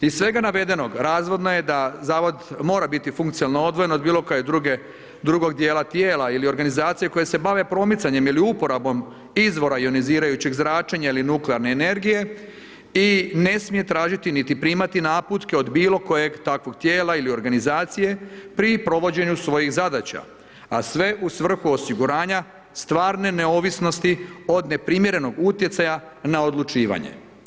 Iz svega navedenoga razvidno je da Zavod mora biti funkcionalno odvojen od bilo kojeg drugog dijela tijela ili organizacije koja se bavi promicanjem ili uporabom izvora ionizirajućeg zračenja ili nuklearne energije i ne smije tražiti niti primati naputke od bilo kojeg takvog tijela ili organizacije pri provođenju svojih zadaća, a sve u svrhu osiguranja stvarne neovisnosti od neprimjerenog utjecaja na odlučivanje.